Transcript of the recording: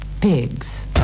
pigs